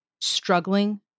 struggling